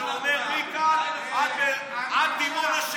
שאומר: מכאן עד דימונה,